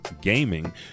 gaming